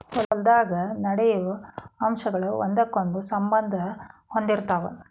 ಹೊಲದಾಗ ನಡೆಯು ಅಂಶಗಳ ಒಂದಕ್ಕೊಂದ ಸಂಬಂದಾ ಹೊಂದಿರತಾವ